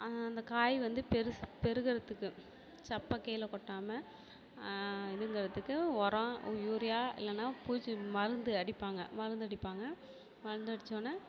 அந்த காய் வந்து பெரிசா பெருகுறதுக்கு சப்பை கீழே கொட்டாமல் இதுங்கறதுக்கு உரம் யூரியா இல்லைன்னா பூச்சி மருந்து அடிப்பாங்க மருந்து அடிப்பாங்க மருந்து அடிச்சவொன்னே